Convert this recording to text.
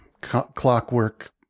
clockwork